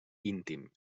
íntim